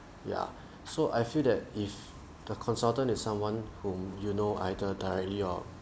ya so I feel that if the consultant is someone whom you know either directly or